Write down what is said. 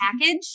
package